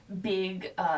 big